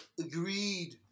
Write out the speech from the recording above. agreed